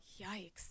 yikes